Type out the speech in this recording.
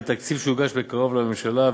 בתקציב שיוגש בקרוב לממשלה,